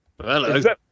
Hello